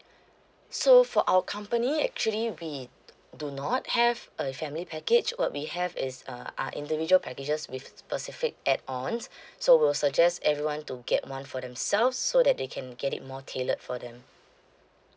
so for our company actually we do not have a family package what we have is a uh individual packages with specific add-ons so will suggest everyone to get one for themselves so that they can get it more tailored for them